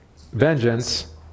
vengeance